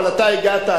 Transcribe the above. אבל אתה הגעת.